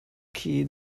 khi